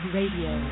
Radio